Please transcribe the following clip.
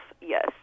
yes